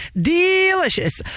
delicious